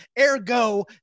Ergo